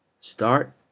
Start